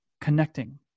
connecting